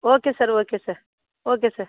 okay sir okay sir okay sir